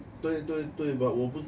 对对对 but 我不是